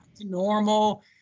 normal